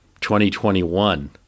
2021